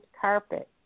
carpet